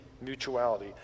mutuality